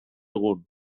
egun